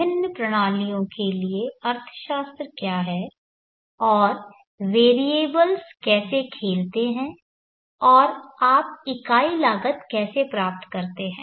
विभिन्न प्रणालियों के लिए अर्थशास्त्र क्या हैं और वेरिएबल्स कैसे खेलते हैं और आप इकाई लागत कैसे प्राप्त करते हैं